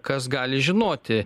kas gali žinoti